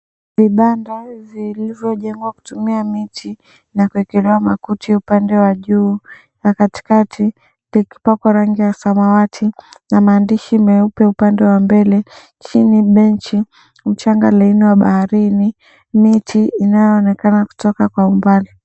Vibanda vilivyojengwa kutumia miti na kuekelewa makuti upande wa juu na katikati likipakwa rangi ya samawati na maandishi meupe upande wa mbele, chini benchi, mchanga laini wa baharini, miti inayoonekana kutoka kwa umbali.